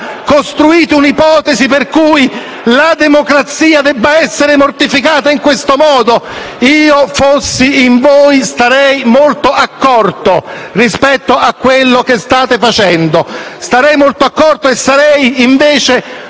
costruite un'ipotesi per cui la democrazia debba essere mortificata in questo modo? Fossi in voi, sarei molto accorto rispetto a quello che state facendo e sarei molto più attento